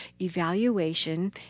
evaluation